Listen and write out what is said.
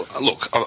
look